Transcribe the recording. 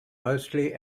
mostly